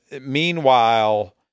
meanwhile